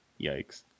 Yikes